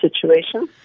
situation